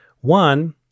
One